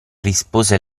rispose